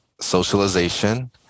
socialization